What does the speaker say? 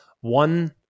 one